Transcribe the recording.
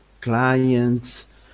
clients